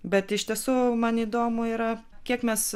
bet iš tiesų man įdomu yra kiek mes